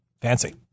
Fancy